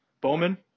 Bowman